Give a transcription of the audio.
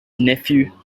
nephew